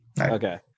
Okay